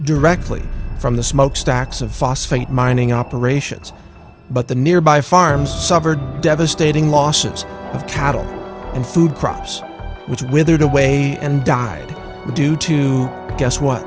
directly from the smokestacks of phosphate mining operations but the nearby farm suffered devastating losses of cattle and food crops which withered away and died due to guess what